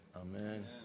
Amen